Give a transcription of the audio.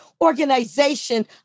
organization